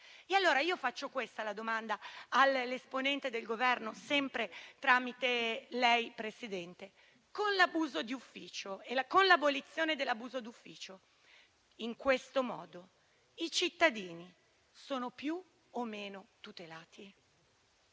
allora questa domanda all'esponente del Governo, sempre tramite lei, signor Presidente: con l'abolizione dell'abuso d'ufficio, in questo modo, i cittadini sono più o meno tutelati?